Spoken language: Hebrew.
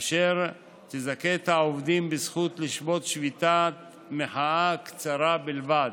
אשר תזכה את העובדים בזכות לשבות שביתת מחאה קצרה בלבד.